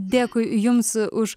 dėkui jums už